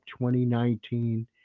2019